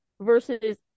versus